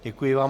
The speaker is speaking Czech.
Děkuji vám.